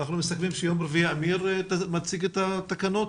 -- -אמיר מציג את התקנות?